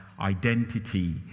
identity